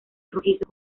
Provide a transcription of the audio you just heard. rojizo